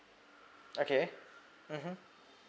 okay mmhmm